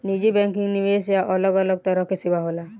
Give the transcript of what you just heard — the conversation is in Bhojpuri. निजी बैंकिंग, निवेश आ अलग अलग तरह के सेवा होला